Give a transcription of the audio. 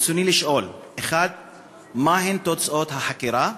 רצוני לשאול: 1. מהן תוצאות החקירה?